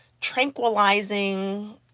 tranquilizing